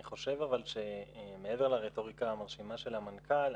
אני חושב שמעבר לרטוריקה המרשימה של המנכ"ל,